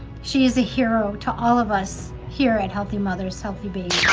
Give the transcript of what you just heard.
she is a hero to all of us here at healthy mothers healthy babies